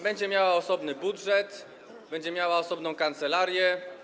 Będzie miała osobny budżet, będzie miała osobną kancelarię.